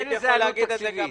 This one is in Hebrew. אין עלות תקציבית.